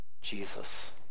Jesus